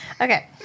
Okay